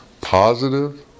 positive